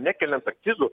nekeliant akcizų